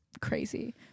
crazy